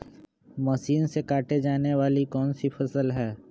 Machine से काटे जाने वाली कौन सी फसल है?